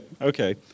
Okay